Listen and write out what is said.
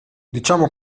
diciamo